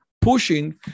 pushing